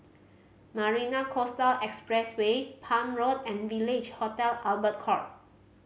Marina Coastal Expressway Palm Road and Village Hotel Albert Court